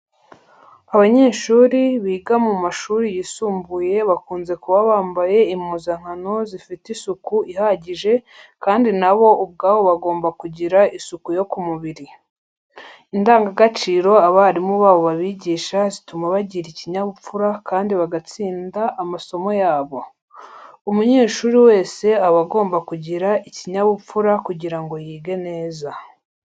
Abanyeshuri biga mu mashuri yisumbuye bakunze kuba bambaye impuzankano zifite isuku ihagije kandi na bo ubwabo bagomba kugira isuku yo ku mubiri. Indangagaciro abarimu babo babigisha zituma bagira ikinyabupfura kandi bagatsinda amasomo yabo. Umunyeshuri wese aba agomba kugira ikinyabupfura kugira ngo yige neza.